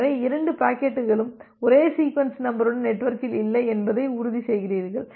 எனவே இரண்டு பாக்கெட்டுகளும் ஒரே சீக்வென்ஸ் நம்பருடன் நெட்வொர்க்கில் இல்லை என்பதை உறுதிசெய்கிறீர்கள்